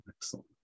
Excellent